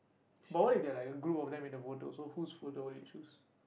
but what if they are like a group of them in the photo so whose folder would you choose